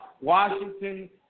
Washington